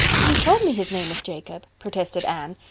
he told me his name was jacob, protested anne.